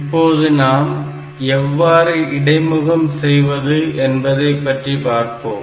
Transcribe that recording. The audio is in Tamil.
இப்போது நாம் எவ்வாறு இடைமுகம் செய்வது என்பதை பற்றி பார்ப்போம்